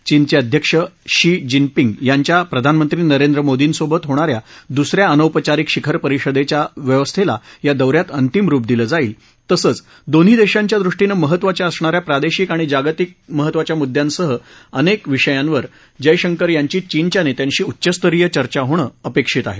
चीनचे अध्यक्ष Xi Jinping यांच्या प्रधानमंत्री नरेंद्र मोदींसोबत होणाऱ्या दुसऱ्या अनौपचारिक शिखरपरिषदेच्या व्यवस्थेला या दौऱ्यात अंतिम रूप दिलं जाईल तसंच दोन्ही देशांच्या दृष्टीनं महत्त्वाच्या असणाऱ्या प्रादेशिक आणि जागतिक मुद्द्यांसह अनेक महत्त्वाच्या विषयांवर जयशंकर यांची चीनच्या नेत्यांशी उच्चस्तरीय चर्चा होणं अपेक्षित आहे